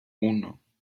uno